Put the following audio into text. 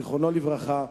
זיכרונו לברכה,